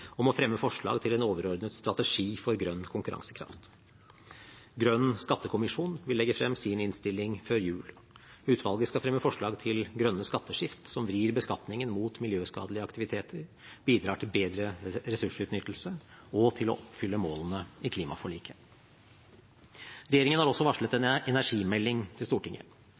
om å fremme forslag til en overordnet strategi for grønn konkurransekraft. Grønn skattekommisjon vil legge frem sin innstilling før jul. Utvalget skal fremme forslag til grønne skatteskift som vrir beskatningen mot miljøskadelige aktiviteter og bidrar til bedre ressursutnyttelse og til å oppfylle målene i klimaforliket. Regjeringen har også varslet en